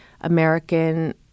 American